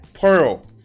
Pearl